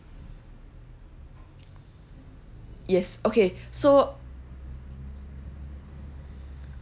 yes okay so